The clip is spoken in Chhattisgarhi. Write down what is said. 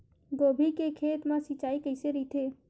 गोभी के खेत मा सिंचाई कइसे रहिथे?